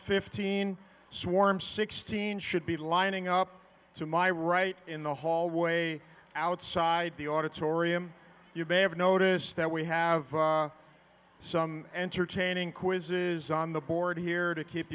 fifteen swarms sixteen should be lining up to my right in the hallway outside the auditorium you've ever notice that we have some entertaining quizzes on the board here to keep